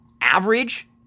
average